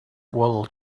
wool